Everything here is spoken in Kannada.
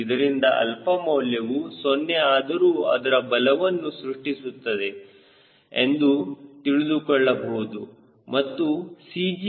ಇದರಿಂದ ಆಲ್ಫಾ ಮೌಲ್ಯವು 0 ಆದರೂ ಅದು ಬಲವನ್ನು ಸೃಷ್ಟಿಸುತ್ತದೆ ಎಂದು ತಿಳಿದುಕೊಳ್ಳಬಹುದು ಮತ್ತು C